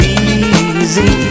easy